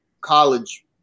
college